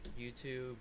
YouTube